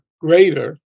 greater